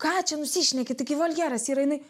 ką čia nusišneki taigi voljeras yra jinai